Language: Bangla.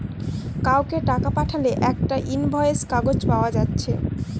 কাউকে টাকা পাঠালে একটা ইনভয়েস কাগজ পায়া যাচ্ছে